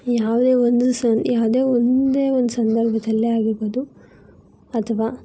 ಈ ಯಾವುದೇ ಒಂದು ಸ ಯಾವುದೇ ಒಂದೇ ಒಂದು ಸಂದರ್ಭದಲ್ಲಿ ಆಗಿರ್ಬೋದು ಅಥವಾ